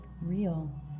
real